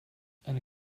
eine